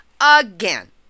again